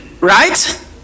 right